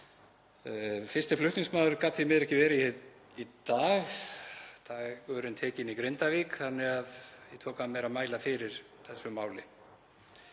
Fyrsti flutningsmaður gat því miður ekki verið hér í dag, dagurinn tekinn í Grindavík, þannig að ég tók að mér að mæla fyrir þessu máli.